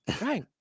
Right